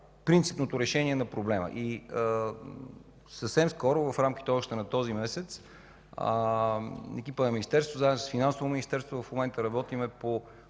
принципното решение на проблема. Съвсем скоро, още в рамките на този месец, екипът на Министерството заедно с Финансовото министерство – в момента работим, по